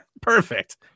Perfect